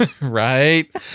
Right